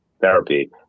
therapy